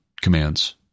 commands